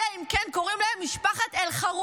אלא אם כן קוראים להם משפחת אלחרומי.